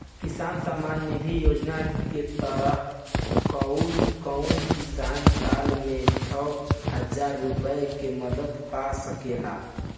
किसान सम्मान निधि योजना के तहत कउन कउन किसान साल में छह हजार रूपया के मदद पा सकेला?